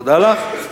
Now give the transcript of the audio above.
תודה לך.